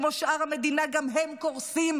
כמו שאר המדינה גם הם קורסים,